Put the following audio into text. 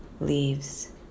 leaves